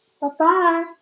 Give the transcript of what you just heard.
Bye-bye